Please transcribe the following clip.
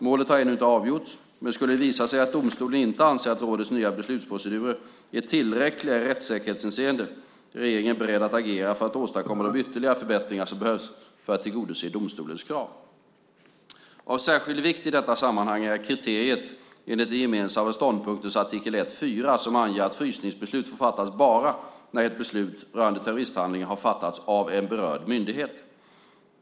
Målet har ännu inte avgjorts, men skulle det visa sig att domstolen inte anser att rådets nya beslutsprocedurer är tillräckliga i rättssäkerhetshänseende är regeringen beredd att agera för att åstadkomma de ytterligare förbättringar som behövs för att tillgodose domstolens krav. Av särskild vikt i detta sammanhang är kriteriet enligt den gemensamma ståndpunktens artikel 1.4 som anger att frysningsbeslut får fattas bara när ett beslut rörande terroristhandlingar har fattats av en behörig myndighet.